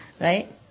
Right